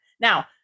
Now